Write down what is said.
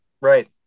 Right